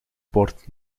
bord